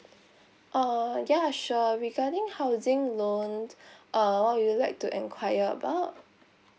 oh ya sure regarding housing loans uh what you'd like to enquire about